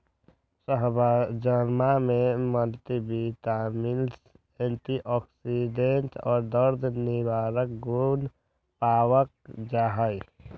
सहजनवा में multivitamins antioxidant और दर्द निवारक गुण पावल जाहई